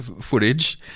footage